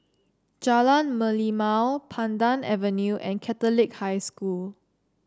Jalan Merlimau Pandan Avenue and Catholic High School